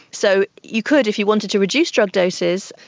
so you could, if you wanted to reduce drug doses,